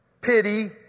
Pity